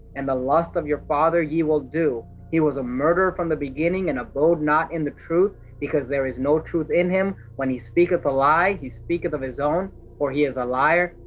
and the lusts of your father ye will do. he was a murderer from the beginning, and abode not in the truth, because there is no truth in him. when he speaketh a lie, he speaketh of his own for he is a liar,